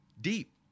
deep